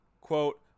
quote